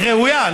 היא ראויה,